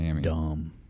dumb